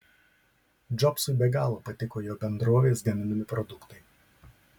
džobsui be galo patiko jo bendrovės gaminami produktai